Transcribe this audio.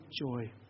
joy